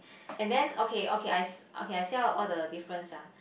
and then okay okay I okay I say out all the difference ah